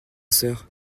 sœur